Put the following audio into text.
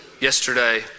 yesterday